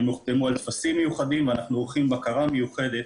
הם הוחתמו על טפסים מיוחדים ואנחנו עורכים בקרה מיוחדת